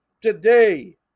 Today